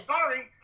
Sorry